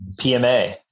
PMA